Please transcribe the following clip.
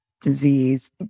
disease